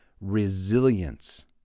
Resilience